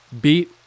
beat